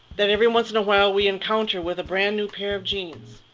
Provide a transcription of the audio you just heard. that every once in a while we encounter with a brand-new pair of jeans?